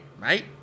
mate